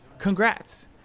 Congrats